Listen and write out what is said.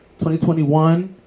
2021